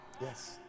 Yes